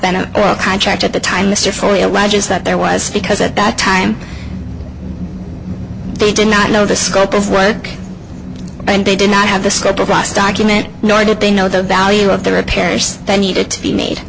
been a contract at the time mr foley alleges that there was because at that time they did not know the scope of work and they did not have the scope of last document nor did they know the value of the repairs that needed to be made